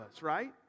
right